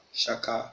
shaka